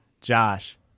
Josh